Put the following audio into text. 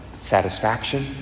satisfaction